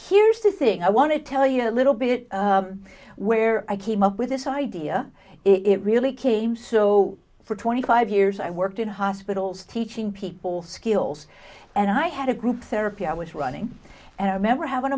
here's the thing i want to tell you a little bit where i came up with this idea it really came so for twenty five years i worked in hospitals teaching people skills and i had a group therapy i was running and i remember having